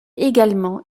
également